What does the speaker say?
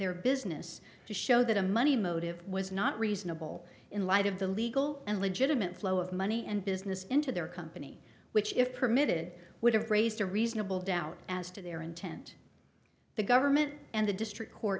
their business to show that a money motive was not reasonable in light of the legal and legitimate flow of money and business into their company which if permitted would have raised a reasonable doubt as to their intent the government and the district court